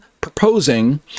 proposing